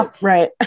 right